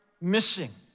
missing